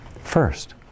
First